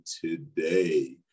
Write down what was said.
today